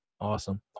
Awesome